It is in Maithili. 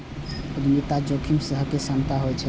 उद्यमिता मे जोखिम सहय के क्षमता होइ छै